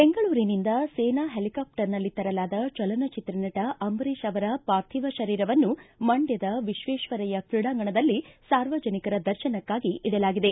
ಬೆಂಗಳೂರಿನಿಂದ ಸೇನಾ ಹೆಲಿಕಾಪ್ಟರ್ನಲ್ಲಿ ತರಲಾದ ಚಲನಚಿತ್ರ ನಟ ಅಂಬರೀಶ್ ಅವರ ಪಾರ್ಥಿವ ಶರೀರವನ್ನು ಮಂಡ್ಣದ ವಿಶ್ವೇಶ್ವರಯ್ಯ ಕ್ರೀಡಾಂಗಣದಲ್ಲಿ ಸಾರ್ವಜನಿಕರ ದರ್ಶನಕ್ಕಾಗಿ ಇಡಲಾಗಿದೆ